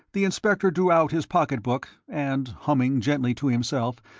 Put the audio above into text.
the inspector drew out his pocket-book, and, humming gently to himself,